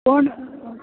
पण